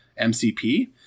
MCP